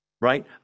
right